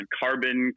carbon